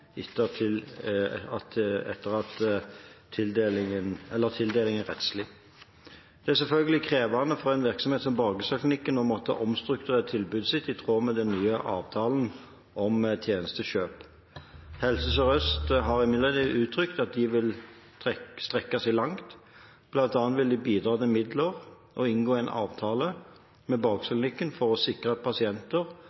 etter at tildelingen er rettslig. Det er selvfølgelig krevende for en virksomhet som Borgestadklinikken å måtte omstrukturere tilbudet sitt i tråd med den nye avtalen om tjenestekjøp. Helse Sør-Øst har imidlertid uttrykt at de vil strekke seg langt. Blant annet vil de bidra med midler og inngå en avtale med